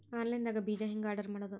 Online ದಾಗ ಬೇಜಾ ಹೆಂಗ್ ಆರ್ಡರ್ ಮಾಡೋದು?